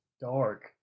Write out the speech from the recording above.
dark